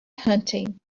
hunting